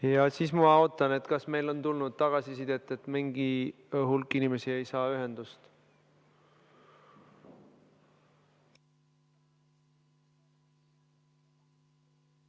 Ja nüüd ma ootan, et kas meile on tulnud tagasisidet, et mingi hulk inimesi ei saa ühendust.